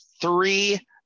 three